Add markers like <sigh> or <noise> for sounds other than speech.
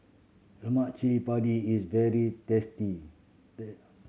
Lemak cili padi is very tasty <unintelligible>